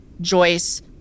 Joyce